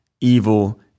evil